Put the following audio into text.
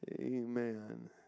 Amen